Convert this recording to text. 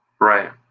Right